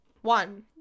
One